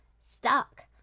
stuck